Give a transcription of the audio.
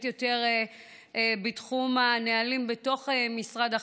יותר בתחום הנהלים בתוך משרד החינוך,